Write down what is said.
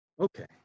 Okay